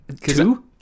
Two